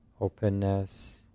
openness